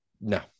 no